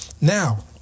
Now